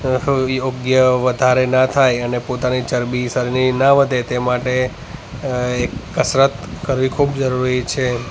યોગ્ય વધારે ના થાય અને પોતાની ચરબી શરીરની ના વધે તે માટે કસરત કરવી ખૂબ જરૂરી છે